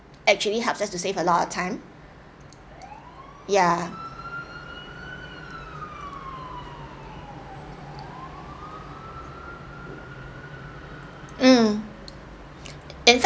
actually help us to save a lot of time ya mm in fact